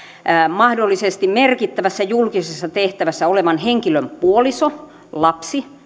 mahdollisesti merkittävässä julkisessa tehtävässä olevan henkilön puoliso lapsi